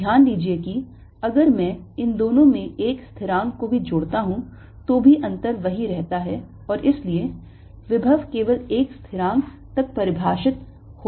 ध्यान दीजिए कि अगर मैं इन दोनों में एक स्थिरांक को भी जोड़ता हूं तो भी अंतर वही रहता है और इसलिए विभव केवल एक स्थिरांक तक परिभाषित होता है